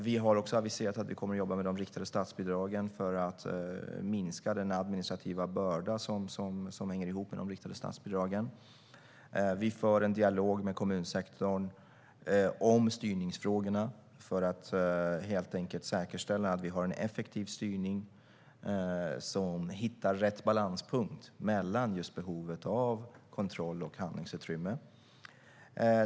Vi har också aviserat att vi kommer att jobba med de riktade statsbidragen för att minska den administrativa börda som hänger ihop med dessa. Vi för en dialog med kommunsektorn om styrningsfrågorna för att helt enkelt säkerställa att vi har en effektiv styrning som hittar rätt balanspunkt mellan behovet av kontroll och handlingsutrymme.